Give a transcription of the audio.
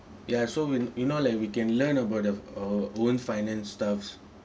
ya so when you know like we can learn about the uh own finance stuffs